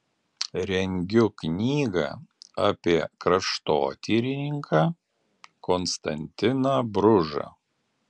rengiu knygą apie kraštotyrininką konstantiną bružą